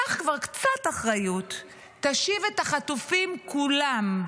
קח כבר קצת אחריות, תשיב את החטופים כולם.